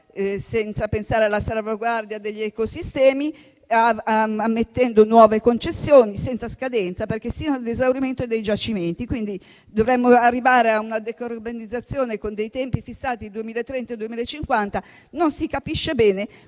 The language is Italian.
senza pensare alla salvaguardia degli ecosistemi, ammettendo nuove concessioni senza scadenza, perché è sino ad esaurimento dei giacimenti. Dovremmo arrivare a una decarbonizzazione con dei tempi fissati al 2030 e 2050, ma non si capisce bene come